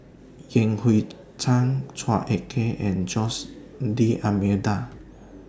Yan Hui Chang Chua Ek Kay and Jose D'almeida